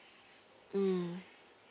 mm